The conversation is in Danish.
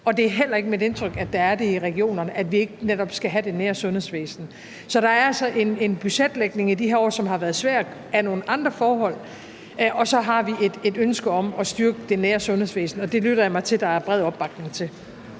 og det er heller ikke mit indtryk at der er det i regionerne, at vi netop ikke skal have det nære sundhedsvæsen. Så der er altså i de her år en budgetlægning, som har været svær på grund af nogle andre forhold, og vi har så et ønske om at styrke det nære sundhedsvæsen, og det lytter jeg mig også til at der er bred opbakning til.